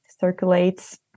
circulates